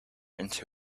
into